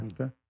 Okay